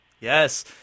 Yes